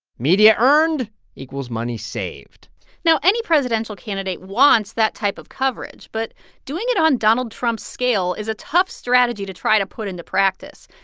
media earned equals money saved now, any presidential candidate wants that type of coverage, but doing it on donald trump's scale is a tough strategy to try to put into practice.